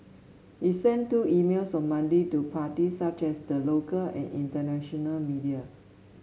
he sent two emails on Monday to parties such as the local and international media